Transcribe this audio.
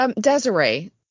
Desiree